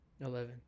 Eleven